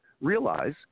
Realize